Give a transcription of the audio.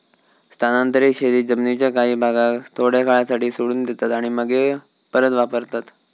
स्थानांतरीत शेतीत जमीनीच्या काही भागाक थोड्या काळासाठी सोडून देतात आणि मगे परत वापरतत